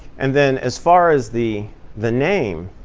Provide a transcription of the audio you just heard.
and then as far as the the name,